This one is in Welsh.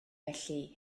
felly